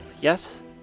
yes